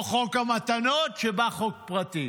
כמו חוק המתנות שבא כחוק פרטי.